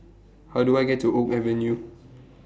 How Do I get to Oak Avenue